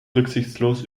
rücksichtslos